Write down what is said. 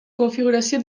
configuració